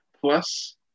Plus